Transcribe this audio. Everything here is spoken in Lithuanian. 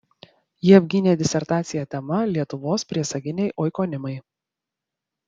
ji apgynė disertaciją tema lietuvos priesaginiai oikonimai